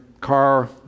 car